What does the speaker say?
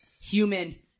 human